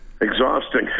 Exhausting